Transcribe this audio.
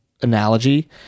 analogy